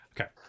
okay